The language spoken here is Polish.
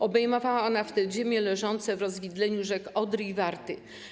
Obejmowała ona wtedy ziemie leżące w rozwidleniu rzek Odry i Warty.